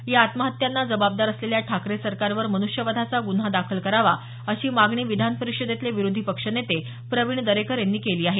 या आत्महत्यांना जबाबदार असलेल्या ठाकरे सरकारवर मन्ष्यवधाचा गुन्हा दाखल करावा अशी मागणी विधान परिषदेतले विरोधी पक्ष नेते प्रवीण दरेकर यांनी केली आहे